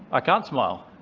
i can't smile.